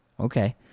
Okay